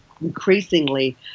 increasingly